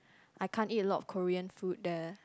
I can't eat a lot of Korean food there